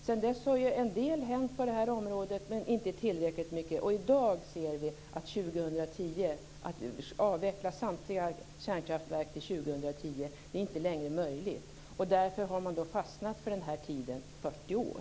Sedan dess har en del hänt på detta område, men inte tillräckligt mycket. I dag ser vi att det inte längre är möjligt att avveckla samtliga kärnkraftverk till 2010. Därför har man fastnat för den här tiden, 40 år.